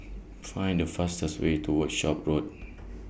Find The fastest Way to Workshop Road